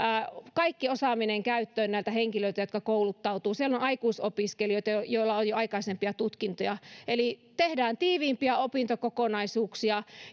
kaikki osaaminen käyttöön näiltä henkilöiltä jotka kouluttautuvat siellä on aikuisopiskelijoita joilla on jo aikaisempia tutkintoja eli tehdään tiiviimpiä opintokokonaisuuksia